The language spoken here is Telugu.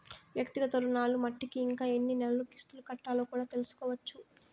వ్యక్తిగత రుణాలు మట్టికి ఇంకా ఎన్ని నెలలు కిస్తులు కట్టాలో కూడా తెల్సుకోవచ్చు